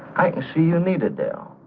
i see you needed there.